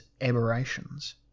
aberrations